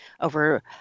over